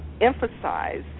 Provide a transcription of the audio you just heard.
emphasize